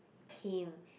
him